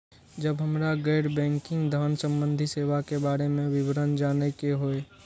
जब हमरा गैर बैंकिंग धान संबंधी सेवा के बारे में विवरण जानय के होय?